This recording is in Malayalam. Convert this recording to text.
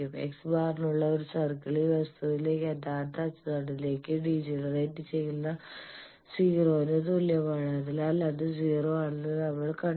x̄ നുള്ള ഒരു സർക്കിളിൽ വസ്തുവിന്റെ യഥാർത്ഥ അച്ചുതണ്ടിലേക്ക് ഡീജനറേറ്റ് ചെയ്യുന്ന 0 ന് തുല്യമാണ് അതിനാൽ അത് 0 ആണെന്ന് നമ്മൾ കണ്ടു